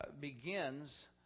begins